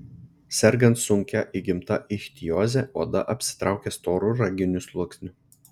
sergant sunkia įgimta ichtioze oda apsitraukia storu raginiu sluoksniu